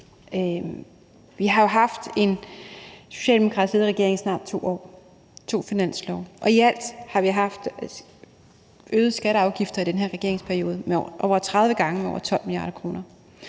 Vi har jo haft en socialdemokratisk ledet regering i snart 2 år med to finanslove, og i alt har der været øgede skatter og afgifter i den her regerings periode over 30 gange med over 12 mia. kr.